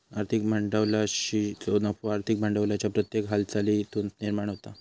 आर्थिक भांडवलशाहीचो नफो आर्थिक भांडवलाच्या प्रत्येक हालचालीतुन निर्माण होता